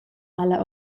alla